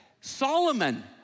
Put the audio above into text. Solomon